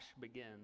begins